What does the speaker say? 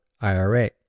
ira